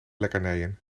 lekkernijen